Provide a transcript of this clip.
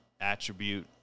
attribute